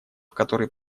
который